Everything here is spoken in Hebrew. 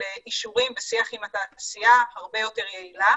אישורים ושיח עם התעשייה הרבה יותר יעילה